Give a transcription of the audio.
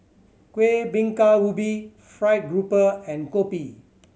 Kuih Bingka Ubi fried grouper and kopi